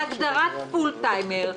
להגדרת פול טיימר,